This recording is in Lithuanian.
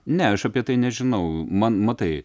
ne aš apie tai nežinau man matai